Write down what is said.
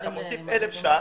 אתה מוסיף אלף שקל.